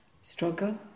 struggle